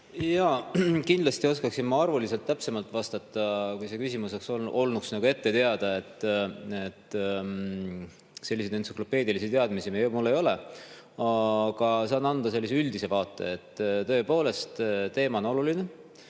Jaa, kindlasti oskaksin ma arvuliselt täpsemalt vastata, kui see küsimus olnuks ette teada. Selliseid entsüklopeedilisi teadmisi mul ei ole, aga saan anda üldise vaate. Tõepoolest, teema on oluline.